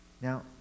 Now